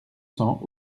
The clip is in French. cents